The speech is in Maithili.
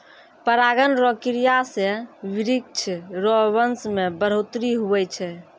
परागण रो क्रिया से वृक्ष रो वंश मे बढ़ौतरी हुवै छै